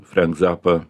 fank zapa